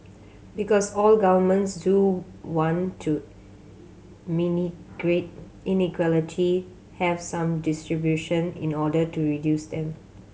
because all governments do want to mini inequality have some distribution in order to reduce them